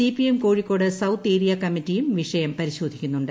C P M Kozhikode south ഏരിയാകമ്മറ്റിയും വിഷയം പരിശോധിക്കുന്നുണ്ട്